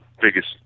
biggest